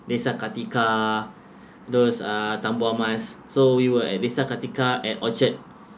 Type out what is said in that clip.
desa kartika those uh so we were at desa kartika at orchard